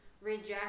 reject